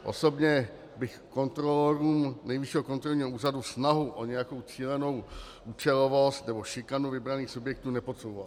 Osobně bych kontrolorům Nejvyššího kontrolního úřadu snahu o nějakou cílenou účelovost nebo šikanu vybraných subjektů nepodsouval.